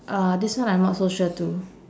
uh this one I'm not so sure too